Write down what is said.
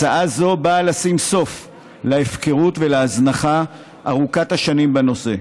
הצעה זו באה לשים סוף להפקרות ולהזנחה ארוכת השנים בנושא.